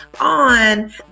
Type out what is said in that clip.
on